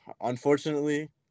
Unfortunately